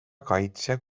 kaitsja